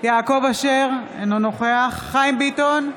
יעקב אשר, אינו נוכח חיים ביטון,